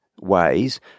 ways